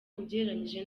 ugereranije